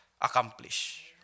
accomplish